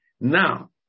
Now